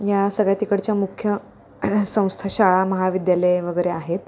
या सगळ्या तिकडच्या मुख्य संस्था शाळा महाविद्यालयं वगैरे आहेत